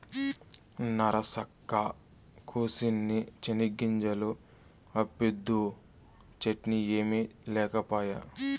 నరసక్కా, కూసిన్ని చెనిగ్గింజలు అప్పిద్దూ, చట్నీ ఏమి లేకపాయే